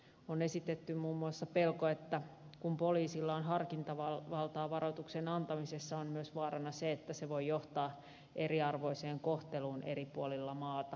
on esitetty muun muassa pelko että kun poliisilla on harkintavaltaa varoituksen antamisessa on myös vaarana se että se voi johtaa eriarvoiseen kohteluun eri puolilla maata